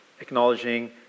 acknowledging